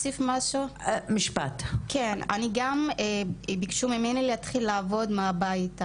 -- גם ביקשו ממני להתחיל לעבוד מהבית,